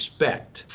respect